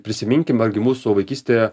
prisiminkim argi mūsų vaikystėje